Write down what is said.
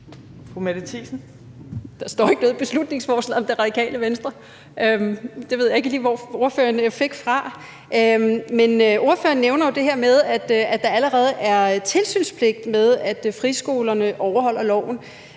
Der står ikke noget i beslutningsforslaget om Det Radikale Venstre. Jeg ved ikke, hvor ordføreren lige fik det fra. Ordføreren nævner jo det her med, at der allerede er tilsynspligt med, at friskolerne overholder loven,